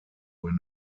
when